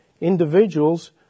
individuals